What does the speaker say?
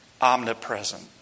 omnipresent